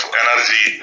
energy